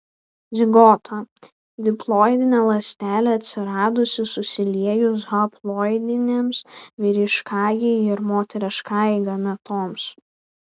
zigota diploidinė ląstelė atsiradusi susiliejus haploidinėms vyriškajai ir moteriškajai gametoms